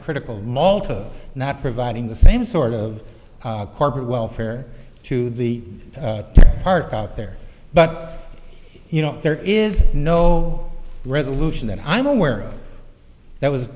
critical of malta not providing the same sort of corporate welfare to the park out there but you know there is no resolution that i'm aware of that was